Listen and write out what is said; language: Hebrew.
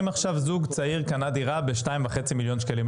אם עכשיו זוג צעיר קנה דירה ב-2.5 מיליון שקלים,